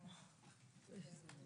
אושר.